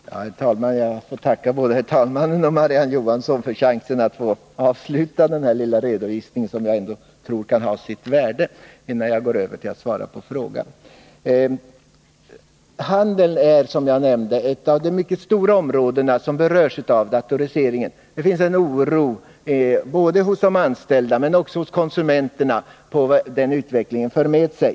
Herr talman! Jag får tacka både herr talmannen och Marie-Ann Johansson för att jag fick chansen att avsluta den lilla redovisning som jag påbörjat och som jag tror kan ha sitt värde, innan jag går över till att svara på Marie-Ann Johanssons fråga. Som jag nämnde är handeln ett av de mycket stora områden som berörs av datoriseringen. Både hos de anställda och hos konsumenterna finns det en oro för vad denna utveckling för med sig.